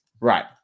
Right